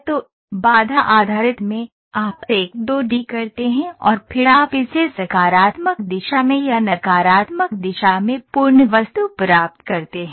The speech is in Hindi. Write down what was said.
तो बाधा आधारित में आप एक 2 डी करते हैं और फिर आप इसे सकारात्मक दिशा में या नकारात्मक दिशा में पूर्ण वस्तु प्राप्त करते हैं